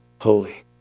holy